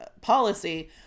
policy